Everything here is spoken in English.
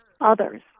others